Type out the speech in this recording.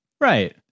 right